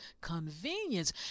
convenience